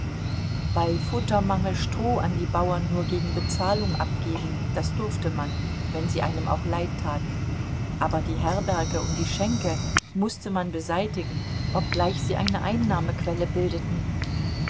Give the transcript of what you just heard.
bei futtermangel stroh an die bauern nur gegen bezahlung abgeben das durfte man wenn sie einem auch leid taten aber die herberge und die schenke mußte man beseitigen obgleich sie eine einnahmequelle bildeten